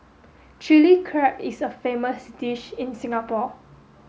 Chilli Crab is a famous dish in Singapore